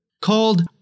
called